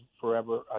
forever